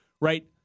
Right